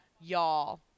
Y'all